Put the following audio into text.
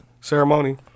ceremony